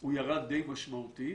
הוא ירד די משמעותית.